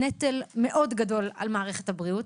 נטל מאוד גדול על מערכת הבריאות,